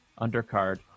undercard